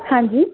ਹਾਂਜੀ